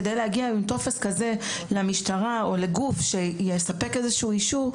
כדי להגיע עם טופס כזה למשטרה או לגוף שיספק איזשהו אישור,